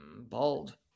Bald